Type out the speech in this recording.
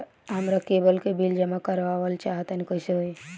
हमरा केबल के बिल जमा करावल चहा तनि कइसे होई?